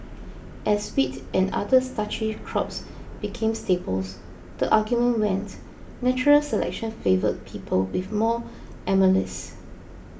as wheat and other starchy crops became staples the argument went natural selection favoured people with more amylase